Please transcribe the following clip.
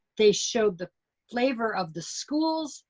they showed the flavor of the schools.